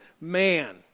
man